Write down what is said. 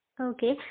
Okay